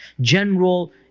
General